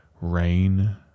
rain